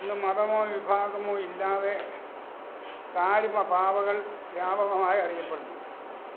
ഇന്ന് മതമോ വിഭാഗമോ ഇല്ലാതെ ദാരുമ പാവകൾ വ്യാപകമായി അറിയപ്പെടുന്നു